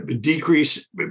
decrease